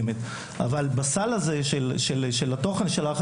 או אלימות מילולית שמגיעה בסוף לאלימות פיזית,